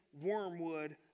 Wormwood